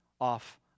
off